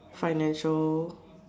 financial